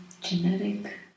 genetic